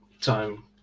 time